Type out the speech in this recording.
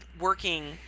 working